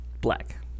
Black